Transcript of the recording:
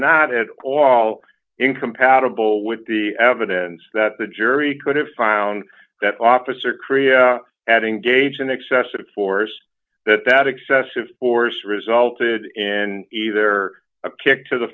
not at all incompatible with the evidence that the jury could have found that officer korea at engage in excessive force that that excessive force resulted in either a kick to the